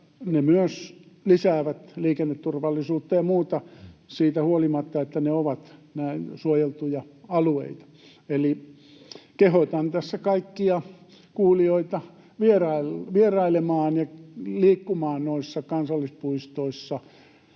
se myös lisää liikenneturvallisuutta ja muuta, siitä huolimatta, että ne ovat suojeltuja alueita. Eli kehotan tässä kaikkia kuulijoita vierailemaan ja liikkumaan noissa kansallispuistoissa,